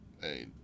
hey